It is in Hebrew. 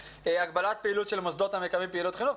הגבלת פעילות של מוסדות המקיימים פעילות חינוך.